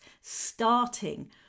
starting